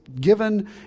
given